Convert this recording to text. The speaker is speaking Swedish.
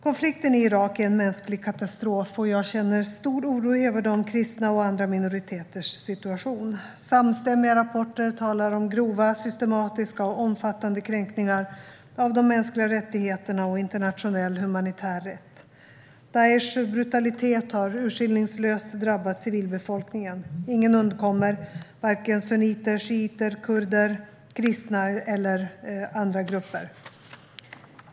Konflikten i Irak är en mänsklig katastrof, och jag känner stor oro över de kristnas och andra minoriteters situation. Samstämmiga rapporter talar om grova, systematiska och omfattande kränkningar av de mänskliga rättigheterna och internationell humanitär rätt. Daish brutalitet har urskillningslöst drabbat civilbefolkningen. Ingen undkommer - varken sunniter, shiiter, kurder, kristna eller andra grupper.